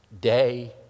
Day